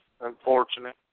unfortunate